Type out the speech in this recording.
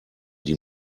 die